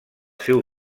seu